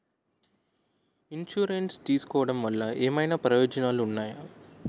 Insurance తీసుకోవటం వల్ల ఏమైనా ప్రయోజనాలు ఉన్నాయా?